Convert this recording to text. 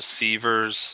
receivers